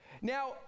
Now